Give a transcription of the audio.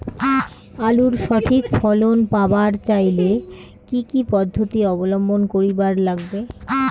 আলুর সঠিক ফলন পাবার চাইলে কি কি পদ্ধতি অবলম্বন করিবার লাগবে?